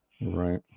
Right